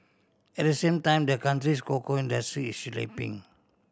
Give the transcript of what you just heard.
at the same time the country's cocoa industry is slipping